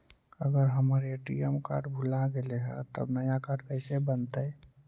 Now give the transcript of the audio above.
अगर हमर ATM card भुला गैलै हे तब नया काड कइसे बनतै?